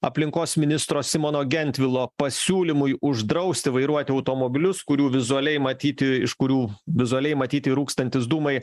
aplinkos ministro simono gentvilo pasiūlymui uždrausti vairuoti automobilius kurių vizualiai matyti iš kurių vizualiai matyti rūkstantys dūmai